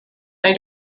they